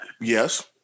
Yes